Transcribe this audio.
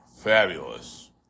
fabulous